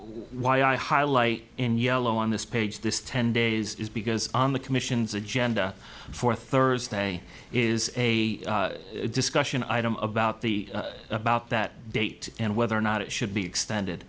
i highlight in yellow on this page this ten days is because on the commission's agenda for thursday is a discussion item about the about that date and whether or not it should be extended